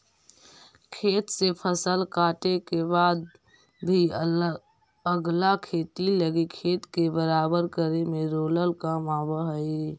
खेत से फसल काटे के बाद भी अगला खेती लगी खेत के बराबर करे में रोलर काम आवऽ हई